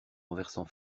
renversant